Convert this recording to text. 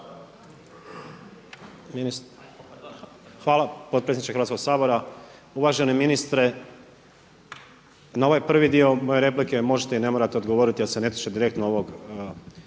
Hvala potpredsjedniče Hrvatskog sabora. Uvaženi ministre na ovaj prvi dio moje replike možete i ne morate odgovoriti jer se ne tiče direktno ovog